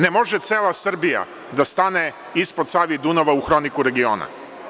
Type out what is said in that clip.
Ne može cela Srbija da stane ispod Save i Dunava u „hroniku“ regiona.